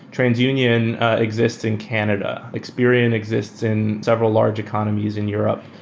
transunion exists in canada. experian exists in several large economies in europe.